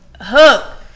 hook